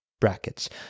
brackets